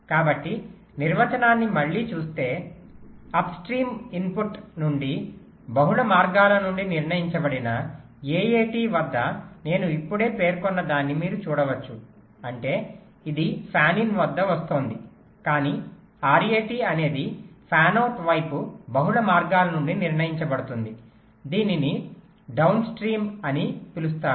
కాబట్టి నిర్వచనాన్ని మళ్ళీ చూస్తే అప్స్ట్రీమ్ ఇన్పుట్ నుండి బహుళ మార్గాల నుండి నిర్ణయించబడిన AAT వద్ద నేను ఇప్పుడే పేర్కొన్నదాన్ని మీరు చూడవచ్చు అంటే ఇది ఫాన్ ఇన్ వద్ద వస్తోంది కానీ RAT అనేది ఫాన్ అవుట్ వైపు బహుళ మార్గాల నుండి నిర్ణయించబడుతుంది దీనిని డౌన్ స్ట్రీమ్ అని పిలుస్తారు